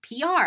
PR